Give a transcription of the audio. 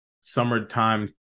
summertime